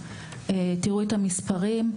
תראו את המספרים.